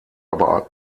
aber